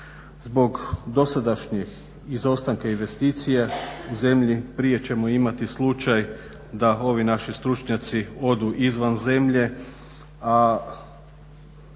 Zbog dosadašnjih izostanka investicija u zemlji prije ćemo imati slučaj da ovi naši stručnjaci odu izvan zemlje,